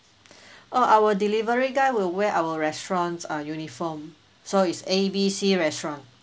uh our delivery guy will wear our restaurant's uh uniform so it's A B C restaurant